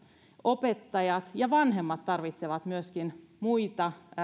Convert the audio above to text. opettajat ja vanhemmat tarvitsevat myöskin muita